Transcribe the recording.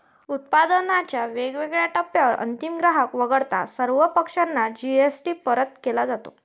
उत्पादनाच्या वेगवेगळ्या टप्प्यांवर अंतिम ग्राहक वगळता सर्व पक्षांना जी.एस.टी परत केला जातो